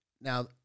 Now